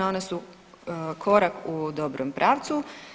One su korak u dobrom pravcu.